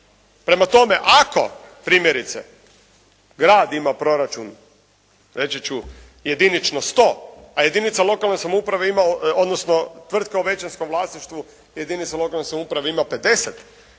Prema tome, ako primjerice grad ima proračun reći ću jedinično sto, a jedinica lokalne samouprave ima, odnosno tvrtka u većinskom vlasništvu jedinica lokalne samouprave ima 50